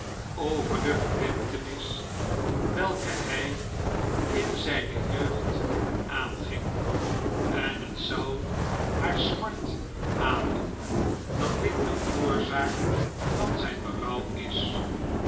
over de verbintenis welke hij in zijne jeugd aanging en het zou haar smart aandoen dat dit de oorzaak van zijn berouw is